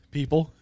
People